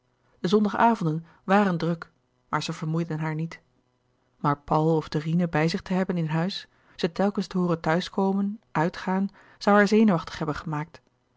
de zondag avonden waren druk maar ze vermoeiden haar niet maar paul of dorine bij zich te hebben in huis ze telkens te hooren thuiskomen uitgaan zoû haar zenuwachtig hebben gemaakt